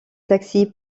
taxi